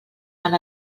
han